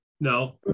No